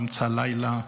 באמצע הלילה,